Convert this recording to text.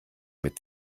mit